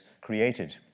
created